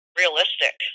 realistic